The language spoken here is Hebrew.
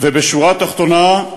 ובשורה התחתונה,